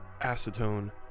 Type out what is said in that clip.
Acetone